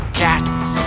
cats